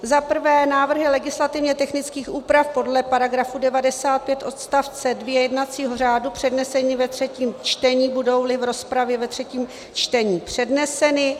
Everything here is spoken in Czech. Za prvé návrhy legislativně technických úprav podle § 95 odst. 2 jednacího řádu přednesené ve třetím čtení, budouli v rozpravě ve třetím čtení předneseny.